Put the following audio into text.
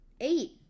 eight